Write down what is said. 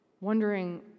wondering